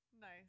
Nice